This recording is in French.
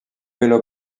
vélo